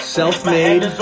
self-made